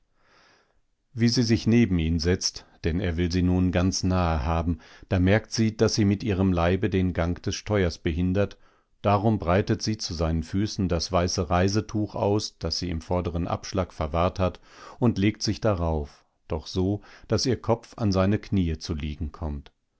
wie sie sich neben ihn setzt denn er will sie nun ganz nahe haben da merkt sie daß sie mit ihrem leibe den gang des steuers behindert darum breitet sie zu seinen füßen das weiße reisetuch aus das sie im vorderen abschlag verwahrt hat und legt sich darauf doch so daß ihr kopf auf seine knie zu liegen kommt